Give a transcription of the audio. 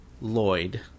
lloyd